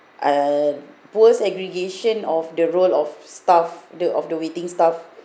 uh poor segregation of the role of staff the of the waiting staff